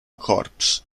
corps